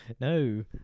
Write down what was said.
No